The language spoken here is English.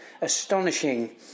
astonishing